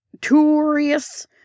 Tourists